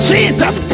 Jesus